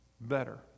better